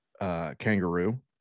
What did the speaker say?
kangaroo